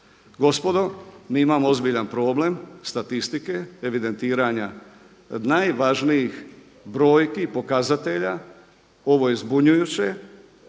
Gospodo, mi imamo ozbiljan problem, statistike, evidentiranja najvažnijih brojki i pokazatelja, ovo je zbunjujuće